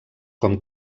com